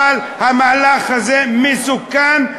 אבל המהלך הזה מסוכן,